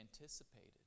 anticipated